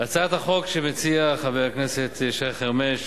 הצעת החוק שמציע חבר הכנסת שי חרמש,